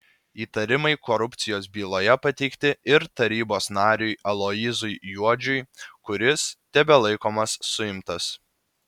įtarimai korupcijos byloje pateikti ir tarybos nariui aloyzui juodžiui kuris tebelaikomas suimtas